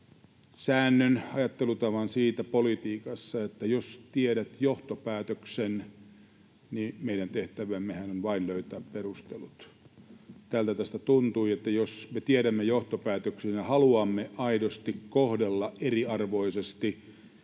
säännön ja ajattelutavan politiikassa, että jos tiedät johtopäätöksen, niin meidän tehtävämmehän on vain löytää perustelut. Tältä tämä tuntui, että jos me tiedämme johtopäätöksen ja haluamme aidosti kohdella eriarvoisesti